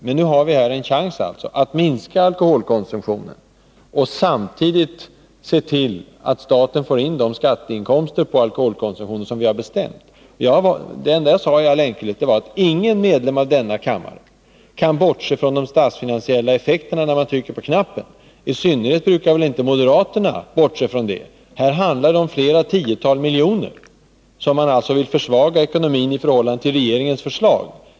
Men nu har vi en chans att minska alkoholkonsumtionen och samtidigt se till att staten får in de av oss beslutade skatteinkomsterna av alkoholkonsumtionen. Vad jagi all enkelhet sade var att ingen ledamot av kammaren när han eller hon trycker på knappen kan bortse från de statsfinansiella effekterna av detta ärende. I synnerhet moderaterna brukar inte tillhöra dem som bortser från detta. Det handlar om att man med flera tiotal miljoner vill försvaga ekonomin i förhållande till regeringens förslag.